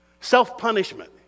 Self-punishment